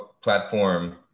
platform